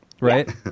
right